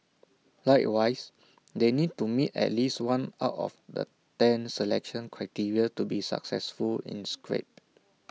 likewise they need to meet at least one out of the ten selection criteria to be successfully inscribed